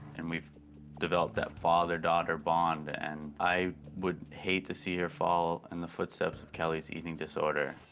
and we've developed that father daughter bond, and i would hate to see her fall in the footsteps of kelly's eating disorder.